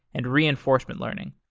and reinforcement learning.